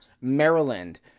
Maryland